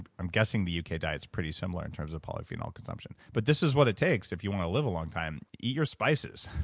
i'm guessing the uk diet is pretty similar in terms of polyphenol consumption. but this is what it takes if you want to live a long time. eat your spices.